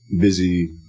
busy